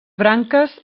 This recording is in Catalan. branques